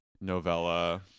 novella